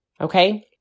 okay